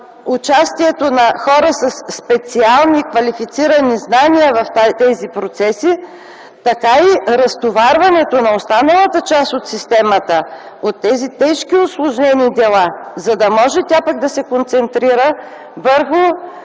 участието на хора със специални, с квалифицирани знания в тези процеси, така и разтоварването на останалата част от системата от тези тежки, усложнени дела, за да може тя пък да се концентрира върху